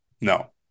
No